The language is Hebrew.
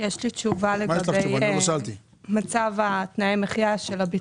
יש לי תשובה לגבי מצב תנאי המחיה של האסירים הביטחוניים.